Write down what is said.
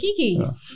kikis